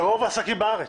אלה רוב העסקים בארץ.